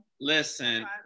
Listen